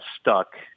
stuck